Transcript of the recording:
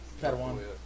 Padawan